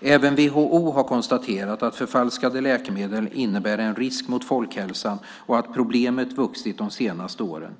Även WHO har konstaterat att förfalskade läkemedel innebär en risk mot folkhälsan och att problemet vuxit de senaste åren.